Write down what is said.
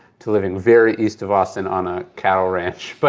to living very east of austin on a cattle ranch, but